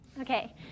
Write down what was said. Okay